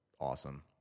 awesome